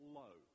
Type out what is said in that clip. low